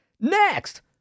next